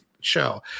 show